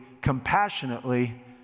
compassionately